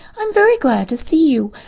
i'm very glad to see you.